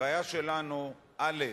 הבעיה שלנו, א.